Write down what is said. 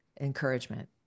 encouragement